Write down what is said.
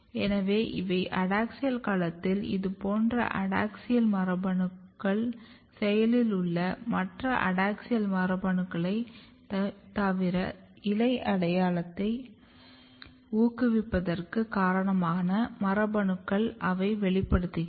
எனவே இவை அடாக்ஸியல் களத்தில் இது போன்ற அடாக்ஸியல் மரபணுக்கள் செயலில் உள்ளன மற்றும் அடாக்ஸியல் மரபணுக்களைத் தவிர இலை அடையாளத்தை ஊக்குவிப்பதற்கு காரணமான மரபணுக்களையும் அவை வெளிப்படுத்தப்படுதுகிறது